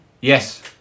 Yes